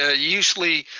ah usually